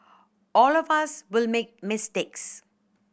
all of us will make mistakes